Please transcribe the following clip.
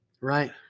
Right